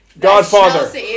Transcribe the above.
godfather